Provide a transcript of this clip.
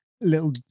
little